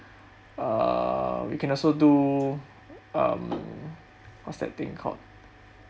err we can also do um what's that thing called